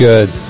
Good